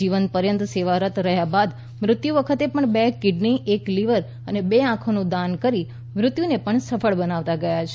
જીવન પર્યંત સેવારત રહ્યા બાદ મૃત્યુ વખતે પણ બે કિડની એક લીવર અને બે આંખોનું દાન કરી મૃત્યુને પણ સફળ બનાવતા ગયા છે